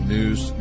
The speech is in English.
News